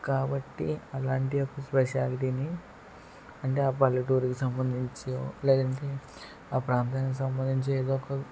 కాబట్టి అలాంటి ఒక స్పెషాలిటీని అంటే ఆ పల్లెటూరికి సంబంధించో లేదంటే ఆ ప్రాంతానికి సంబంధించి ఏదో ఒక